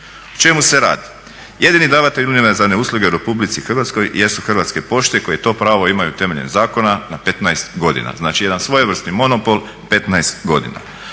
čemu se radi? Jedini davatelj univerzalne usluge u RH jesu Hrvatske pošte koje to pravo imaju temeljem zakona na 15 godina, znači jedan svojevrsni monopol 15 godina.